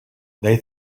they